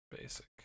Basic